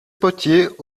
potier